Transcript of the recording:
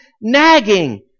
nagging